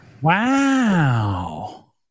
Wow